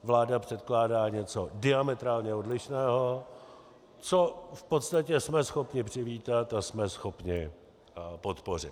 Vláda předkládá něco diametrálně odlišného, co v podstatě jsme schopni přivítat a jsme schopni podpořit.